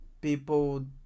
people